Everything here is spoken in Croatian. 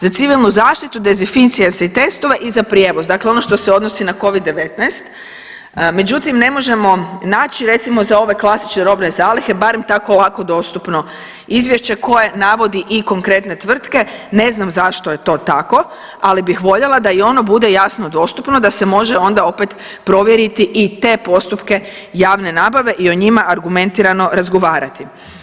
Za civilnu zaštitu, dezinficijense i testove i za prijevoz, dakle ono što se odnosi na Covid-19 međutim, ne možemo naći, recimo za ove klasične robne zalihe, barem tako lako dostupno izvješće koje navodi i konkretne tvrtke, ne znam zašto je to tako, ali bih voljela da i ono bude jasno dostupno, da se može onda opet provjeriti i te postupke javne nabave i o njima argumentirano razgovarati.